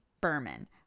Berman